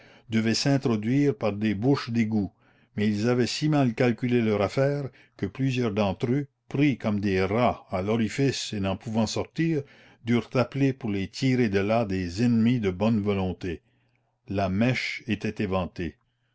devaient s'introduire par des bouches d'égout mais ils avaient si mal calculé leur affaire que plusieurs d'entre eux pris comme des rats à l'orifice et n'en pouvant sortir durent appeler pour les tirer de là des ennemis de bonne volonté la mèche était éventée